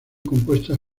compuestas